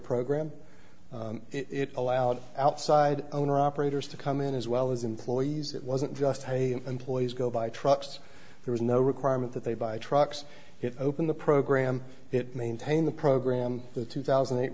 program it allowed outside owner operators to come in as well as employees it wasn't just employees go by trucks there was no requirement that they buy trucks open the program it maintain the program the two thousand and eight